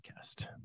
Podcast